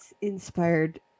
inspired